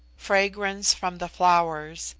fragrance from the flowers,